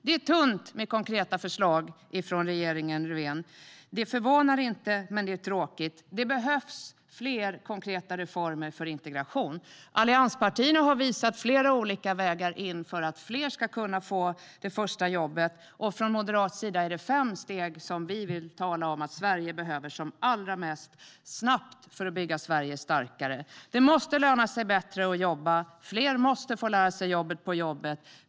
Det är tunt med konkreta förslag från regeringen Löfven. Det förvånar inte, men det är tråkigt. Det behövs fler konkreta reformer för integration. Allianspartierna har visat flera olika vägar in för att fler ska kunna få det första jobbet. Vi från Moderaterna har fem steg som Sverige snabbt behöver som allra mest för att bygga Sverige starkare. Det måste löna sig bättre att jobba. Fler måste få lära sig jobbet på jobbet.